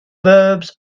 verbs